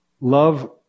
Love